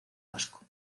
vasco